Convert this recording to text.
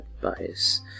bias